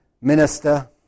minister